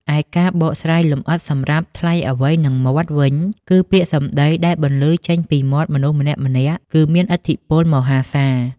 ឯការបកស្រាយលម្អិតសម្រាប់ "ថ្លៃអ្វីនឹងមាត់" វិញ គឺពាក្យសម្ដីដែលបន្លឺចេញពីមាត់មនុស្សម្នាក់ៗ គឺមាន ឥទ្ធិពលមហាសាល។